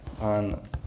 on